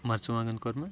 مَرژٕواںٛگَن کۄرمہٕ